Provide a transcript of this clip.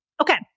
Okay